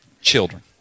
Children